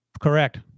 Correct